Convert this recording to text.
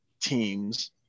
teams